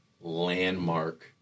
landmark